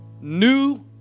New